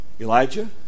Elijah